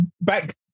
back